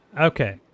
okay